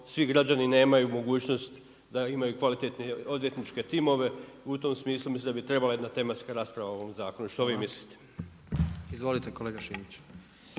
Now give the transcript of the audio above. svi građani nemaju mogućnost da imaju kvalitetne odvjetničke timove, u tom smislu mislim da bi trebala jedna tematska rasprava o ovom zakonu. Što vi mislite? **Jandroković,